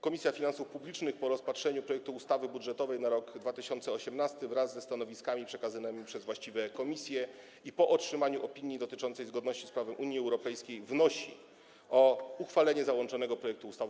Komisja Finansów Publicznych po rozpatrzeniu projektu ustawy budżetowej na rok 2018 wraz ze stanowiskami przekazanymi przez właściwe komisje i po otrzymaniu opinii dotyczącej zgodności z prawem Unii Europejskiej wnosi o uchwalenie przez Wysoką Izbę załączonego projektu ustawy.